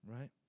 Right